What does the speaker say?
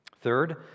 Third